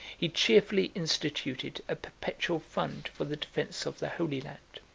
he cheerfully instituted a perpetual fund for the defence of the holy land